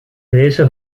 deze